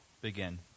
begin